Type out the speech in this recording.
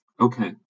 Okay